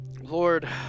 Lord